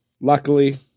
luckily